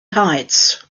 heights